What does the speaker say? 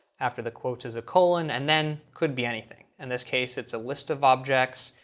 after the quotes is a colon, and then could be anything. in this case, it's a list of objects.